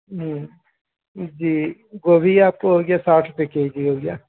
ہوں جی گوبھی آپ کو ہو گیا ساٹھ روپے کے جی ہو گیا